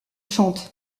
chantent